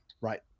Right